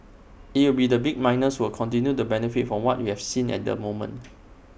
IT will be the big miners who will continue to benefit from what we have seen at the moment